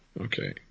okay